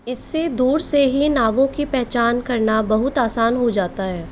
इससे दूर से ही नावों की पहचान करना बहुत आसान हो जाता है